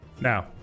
now